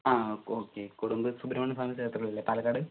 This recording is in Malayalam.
ആ ഓ ഓക്കെ കൊടുമ്പ് സുബ്രമണ്യ സ്വാമി ക്ഷേത്രം അല്ലേ പാലക്കാട്